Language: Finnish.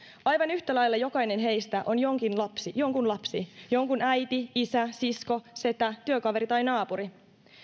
aivan yhtä lailla jokainen heistä on jonkun lapsi jonkun lapsi jonkun äiti isä sisko setä työkaveri tai naapuri